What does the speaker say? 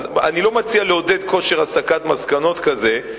אז אני לא מציע לעודד כושר הסקת מסקנות כזה,